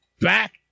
back